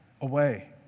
away